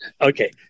Okay